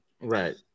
right